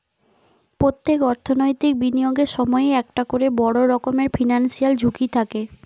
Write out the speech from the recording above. পোত্তেক অর্থনৈতিক বিনিয়োগের সময়ই একটা কোরে বড় রকমের ফিনান্সিয়াল ঝুঁকি থাকে